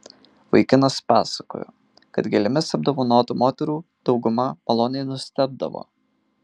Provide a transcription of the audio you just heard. vaikinas pasakojo kad gėlėmis apdovanotų moterų dauguma maloniai nustebdavo